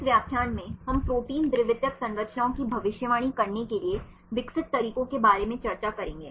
इस व्याख्यान में हम प्रोटीन द्वितीयक संरचनाओं की भविष्यवाणी करने के लिए विकसित तरीकों के बारे में चर्चा करेंगे